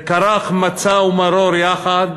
וכרך מצה ומרור יחד,